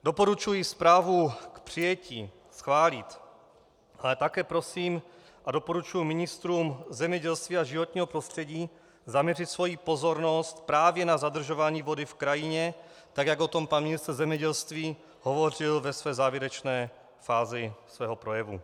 Doporučuji zprávu schválit, ale také prosím a doporučuji ministrům zemědělství a životního prostředí zaměřit svou pozornost právě na zadržování vody v krajině, tak jak o tom pan ministr zemědělství hovořil v závěrečné fázi svého projevu.